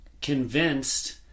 convinced